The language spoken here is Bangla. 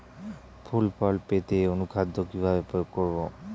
ফুল ফল পেতে অনুখাদ্য কিভাবে প্রয়োগ করব?